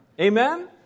amen